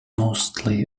mostly